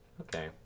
Okay